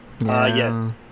Yes